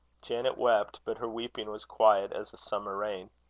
janet wept, but her weeping was quiet as a summer rain.